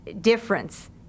difference